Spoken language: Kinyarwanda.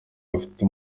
bafite